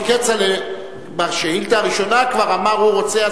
כי כצל'ה בשאילתא הראשונה כבר אמר שהוא רוצה,